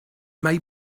may